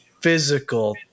physical